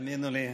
תאמינו לי,